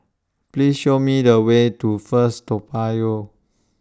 Please Show Me The Way to First Toa Payoh